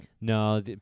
No